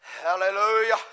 hallelujah